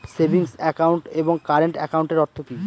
Savings account এবং current একাউন্টের অর্থ কি?